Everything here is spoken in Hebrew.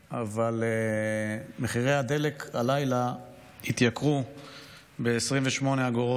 אבל מחירי הדלק התייקרו הלילה ב-28 אגורות,